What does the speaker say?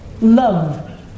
love